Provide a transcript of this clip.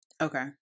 okay